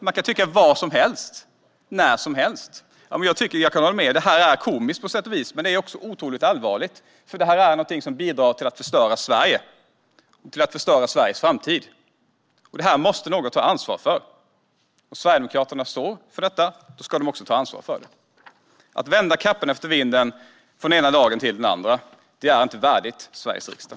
Man kan tycka vad som helst, när som helst. Jag kan hålla med om att detta, på sätt och vis, är komiskt, men det är också otroligt allvarligt, eftersom det bidrar till att förstöra Sverige och Sveriges framtid. Någon måste ta ansvar för det här. Om Sverigedemokraterna står för detta ska de också ta ansvar för det. Att vända kappan efter vinden från den ena dagen till den andra är inte värdigt Sveriges riksdag.